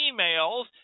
emails